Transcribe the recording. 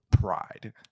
pride